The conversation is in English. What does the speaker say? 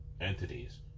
entities